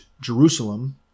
Jerusalem